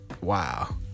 wow